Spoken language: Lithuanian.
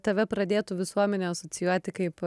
tave pradėtų visuomenė asocijuoti kaip